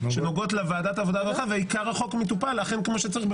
שנוגעות לוועדת העבודה והרווחה ועיקר החוק מטופל כפי שצריך,